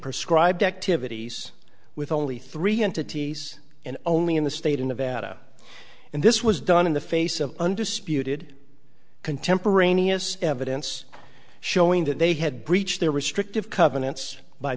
prescribe activities with only three entities and only in the state of nevada and this was done in the face of undisputed contemporaneous evidence showing that they had breached their restrictive covenants by